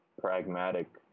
pragmatic